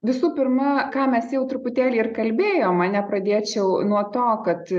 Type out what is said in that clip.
visų pirma ką mes jau truputėlį ir kalbėjom ar ne pradėčiau nuo to kad